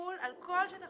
זה מה שקראתי.